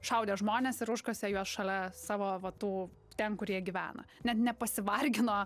šaudė žmones ir užkasė juos šalia savo va tų ten kur jie gyvena net nepasivargino